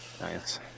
Nice